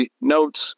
notes